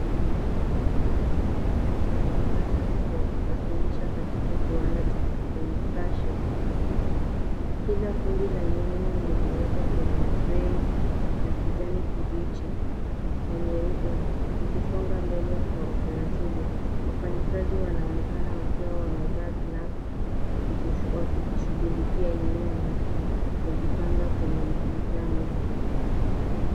Nyanya nyingi zinasafirishwa kwenye mkanda wa kusafirisha katika kiwanda cha kufungasha. Kila kundi la nyanya limewekwa kwenye trei la kijani kibichi na nyeupe zikisonga mbele kwa utaratibu. Wafanyikazi wanaonekana wakiwa wamevaa glavu wakizishughulikia nyanya na kuzipanga kwenye mizani.